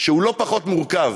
שהוא לא פחות מורכב